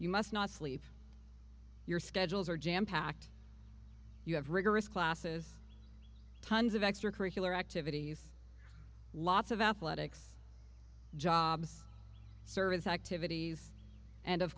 you must not sleep your schedules are jam packed you have rigorous classes tons of extracurricular activities lots of athletics jobs service a